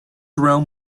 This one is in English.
realm